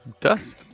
dust